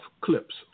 clips